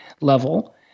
level